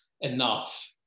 enough